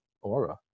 aura